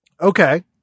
okay